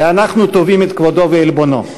ואנחנו תובעים את כבודו ועלבונו,